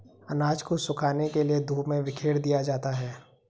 अनाज को सुखाने के लिए धूप में बिखेर दिया जाता है